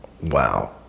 wow